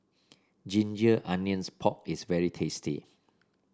Ginger Onions Pork is very tasty